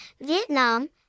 Vietnam